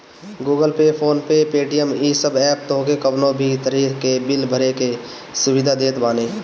Google Pay, PhonePe, Paytm इ सब app तोहके कवनो भी तरही के बिल भरे के सुविधा देत बाने